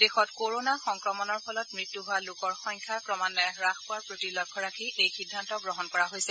দেশত কৰণা সংক্ৰমণৰ ফলত মৃত্যু হোৱা লোকৰ সংখ্যা ক্ৰমান্বয়ে হাস পোৱাৰ প্ৰতি লক্ষ্য ৰাখি এই সিদ্ধান্ত গ্ৰহণ কৰা হৈছে